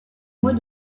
mois